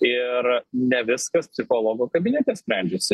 ir ne viskas psichologo kabinete sprendžiasi